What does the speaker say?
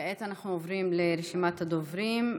כעת אנחנו עוברים לרשימת הדוברים.